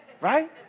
Right